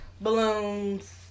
balloons